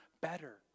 better